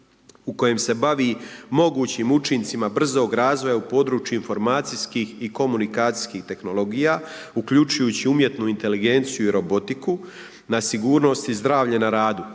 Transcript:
u kojem se bavi mogućim učincima brzog razvoja u području informacijskih i komunikacijskih tehnologija uključujući umjetnu inteligenciju i robotiku na sigurnost i zdravlje na radu.